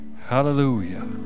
Hallelujah